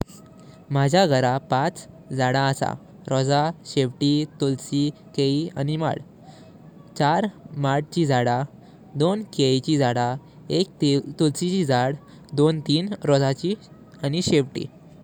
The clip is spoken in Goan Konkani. माजा घर पाच झाडा आसा, रोजा, शिवटी, तुळसी, केये आनी मा। चार माड ची झाडा। दोन केयेची झाडा। एक तुळसी चे झाड। दोन तीन रोजा आनी शिवटी।